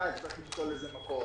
1. צריך למצוא לזה מקור,